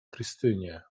krystynie